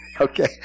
Okay